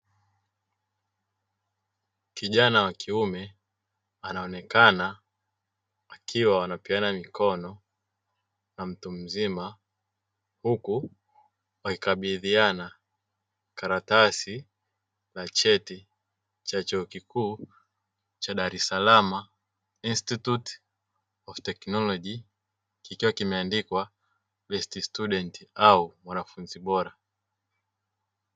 Kijana wa kiume anaonekana mikono yake yote ikiwa imeshikilia karatasi na cheti cha Chuo Kikuu cha Dar es Salaam Institute of Technology, kikiwa kimeandikwa "Best Student" au "Mwanafunzi Bora".